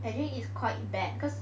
I think is quite bad cause